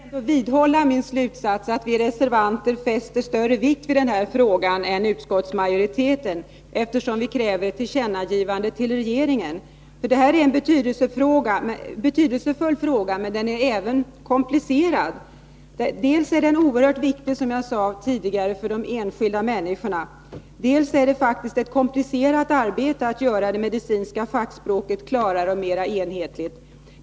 Herr talman! Jag vidhåller ändå min slutsats att vi reservanter fäster större vikt vid denna fråga än utskottsmajoriteten, eftersom vi kräver ett tillkännagivande till regeringen. Detta är en betydelsefull fråga, och den är även komplicerad. Dels är den oerhört viktig för de enskilda människorna, som jag sade tidigare, dels är det faktiskt ett komplicerat arbete att göra det medicinska fackspråket klarare och mer enhetligt.